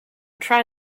try